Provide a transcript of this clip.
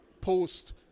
post-